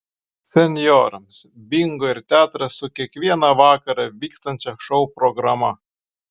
senjorams bingo ir teatras su kiekvieną vakarą vykstančia šou programa